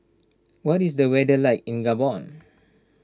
what is the weather like in Gabon